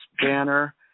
banner